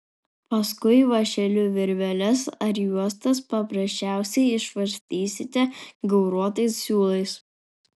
paskui vąšeliu virveles ar juostas paprasčiausiai išvarstysite gauruotais siūlais